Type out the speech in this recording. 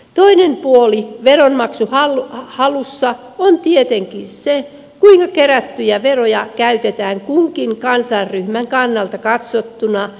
toinen puoli veronmaksuhalussa on tietenkin se kuinka kerättyjä veroja käytetään kunkin kansanryhmän kannalta katsottuna välttämättömiin tarpeisiin